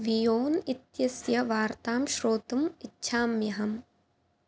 वियोन् इत्यस्य वार्तां श्रोतुम् इच्छाम्यहम्